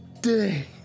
day